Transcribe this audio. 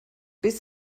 bis